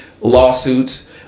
lawsuits